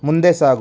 ಮುಂದೆ ಸಾಗು